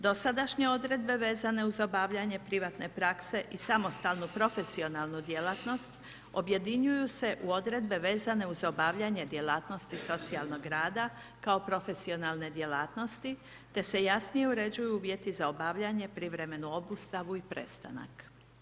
Dosadašnje odredbe vezane uz obavljanje privatne prakse i samostalnu profesionalnu djelatnost objedinjuju se u odredbe vezane uz obavljanje djelatnosti socijalnog rada kao profesionalne djelatnosti te se jasnije uređuju uvjeti za obavljanje, privremenu obustavu i prestanak.